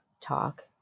talk